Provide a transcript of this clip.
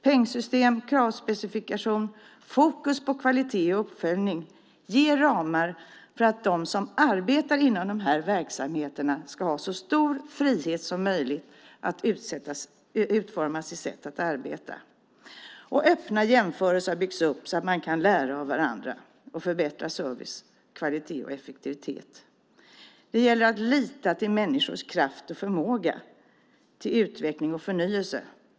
Pengsystem, kravspecifikation och fokus på kvalitet och uppföljning ger ramar för att de som arbetar inom verksamheterna ska ha så stor frihet som möjligt att utforma sitt sätt att arbeta. Öppna jämförelser har byggts upp så att man kan lära av varandra och förbättra service, kvalitet och effektivitet. Det gäller att lita till människors kraft och förmåga till utveckling och förnyelse.